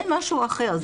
זה משהו אחר,